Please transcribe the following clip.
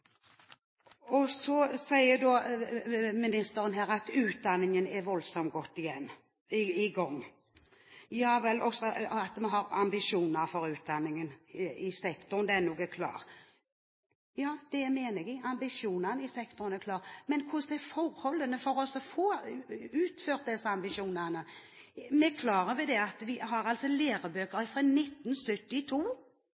Så sier ministeren at utdanningen er voldsomt godt i gang, ja vel, og at de har ambisjoner for utdanningen i sektoren – det er også klart. Ja, det er vi enig i, ambisjonene i sektoren er klare, men hvordan er forholdene for å få utført disse ambisjonene? Vi